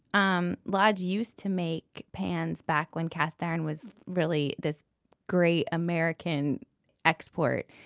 um lodge used to make pans back when cast iron was really this great american export,